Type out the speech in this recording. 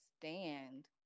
stand